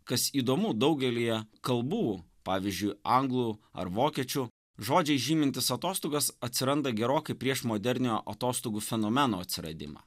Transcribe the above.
kas įdomu daugelyje kalbų pavyzdžiui anglų ar vokiečių žodžiai žymintys atostogas atsiranda gerokai prieš moderniojo atostogų fenomeno atsiradimą